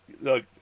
Look